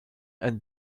and